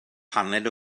paned